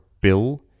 bill